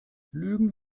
lügen